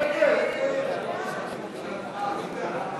ההסתייגויות לסעיף 14,